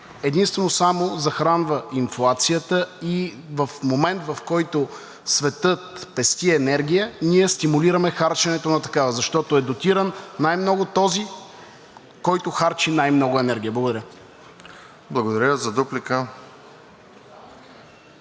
единствено и само захранва инфлацията и в момент, в който светът пести енергия, ние стимулираме харченето на такава, защото е дотиран най-много този, който харчи най-много енергия. Благодаря. ПРЕДСЕДАТЕЛ РОСЕН